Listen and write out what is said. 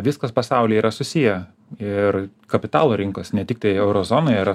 viskas pasaulyje yra susiję ir kapitalo rinkos ne tiktai euro zonoj yra